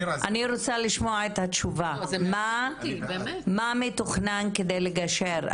אני רוצה לשמוע את התשובה מה מתוכנן כדי לגשר.